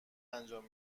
انجام